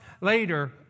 later